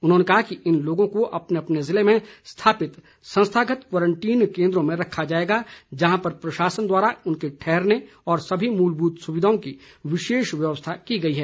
उन्होंने कहा कि इन लोगों को अपने अपने ज़िले में स्थापित संस्थागत क्वारंटीन केन्द्रों में रखा जाएगा जहां पर प्रशासन द्वारा इनके ठहरने व सभी मूलभूत सुविधाओं की विशेष व्यवस्था की गई है